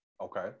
Okay